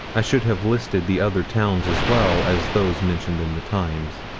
i should have listed the other towns as well as those mentioned in the times.